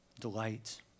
delight